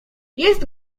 jest